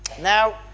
Now